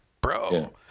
Bro